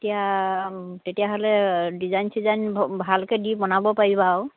এতিয়া তেতিয়াহ'লে ডিজাইন চিজাইন ভ ভালকৈ দি বনাব পাৰিবা আৰু